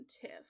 tiff